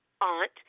aunt